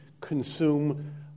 consume